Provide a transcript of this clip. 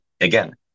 again